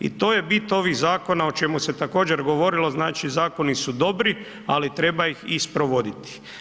I to je bit ovih zakona o čemu se također, govorilo, znači zakoni su dobri, ali treba ih sprovoditi.